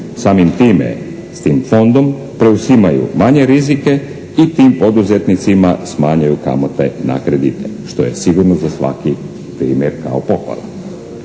samim time, s tim Fondom preuzimaju manje rizike i tim poduzetnicima smanjuju kamate na kredite što je sigurno za svaki primjer kao pohvala.